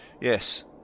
yes